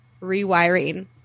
rewiring